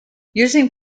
using